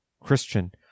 Christian